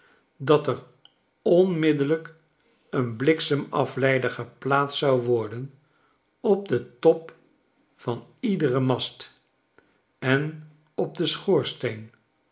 dat er onmiddellijk een bliksemafleider geplaatst zou worden op den top van iederen mast en op den schoorsteen